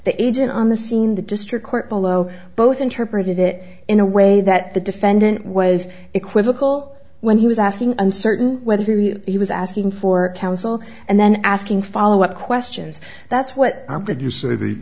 the agent on the scene the district court below both interpreted it in a way that the defendant was equivocal when he was asking uncertain whether he was asking for counsel and then asking followup questions that's what i'm going to say th